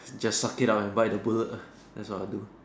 just suck it up and bite the bullet lah that's what I do